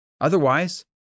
Otherwise